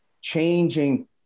changing